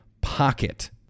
pocket